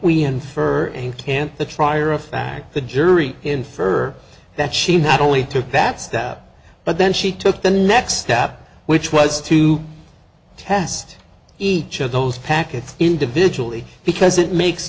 can the trier of fact the jury infer that she not only took that step but then she took the next step which was to test each of those packets individually because it makes